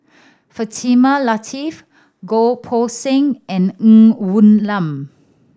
Fatimah Lateef Goh Poh Seng and Ng Woon Lam